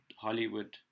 Hollywood